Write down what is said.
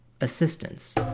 assistance